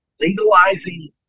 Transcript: legalizing